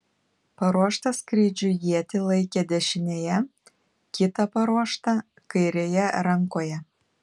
paruoštą skrydžiui ietį laikė dešinėje kitą paruoštą kairėje rankoje